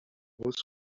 was